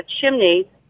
chimney